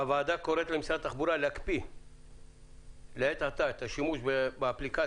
הוועדה קוראת למשרד התחבורה להקפיא לעת עתה את השימוש באפליקציה